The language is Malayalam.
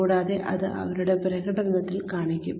കൂടാതെ അത് അവരുടെ പ്രകടനത്തിൽ കാണിക്കും